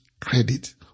credit